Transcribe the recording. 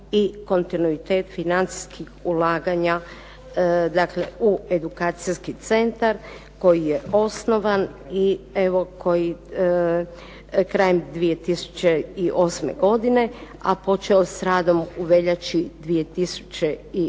i kontinuitet financijskih ulaganja u edukacijski centar koji je osnovan krajem 2008. godine, a počeo s radom u veljači 2009.